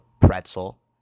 pretzel